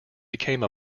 became